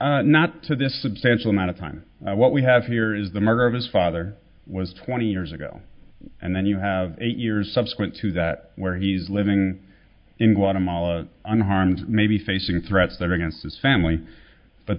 you not to this substantial amount of time what we have here is the murder of his father was twenty years ago and then you have eight years subsequent to that where he's living in guatemala unharmed maybe facing threats that are against his family but